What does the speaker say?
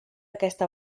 aquesta